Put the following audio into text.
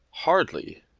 hardly.